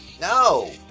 No